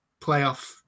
playoff